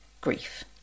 grief